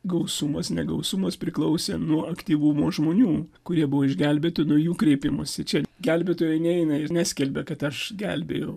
gausumas negausumas priklausė nuo aktyvumo žmonių kurie buvo išgelbėti nuo jų kreipimosi čia gelbėtojai neina ir neskelbia kad aš gelbėjau